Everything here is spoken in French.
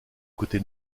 côté